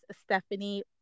Stephanie